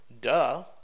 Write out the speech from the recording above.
Duh